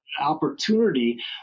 opportunity